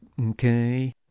Okay